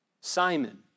Simon